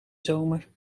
zomer